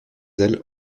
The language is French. elle